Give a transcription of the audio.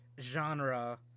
genre